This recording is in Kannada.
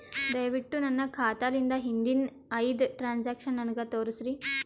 ದಯವಿಟ್ಟು ನನ್ನ ಖಾತಾಲಿಂದ ಹಿಂದಿನ ಐದ ಟ್ರಾಂಜಾಕ್ಷನ್ ನನಗ ತೋರಸ್ರಿ